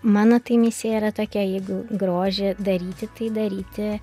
mano tai misija yra tokia jeigu grožį daryti tai daryti